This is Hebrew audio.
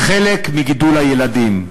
חלק מגידול הילדים,